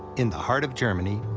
in the heart of germany,